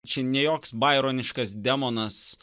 čia ne joks baironiškas demonas